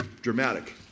dramatic